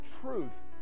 truth